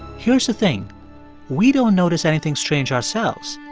here's the thing we don't notice anything strange, ourselves.